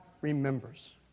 remembers